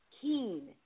keen